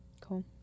cool